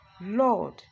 Lord